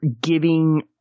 giving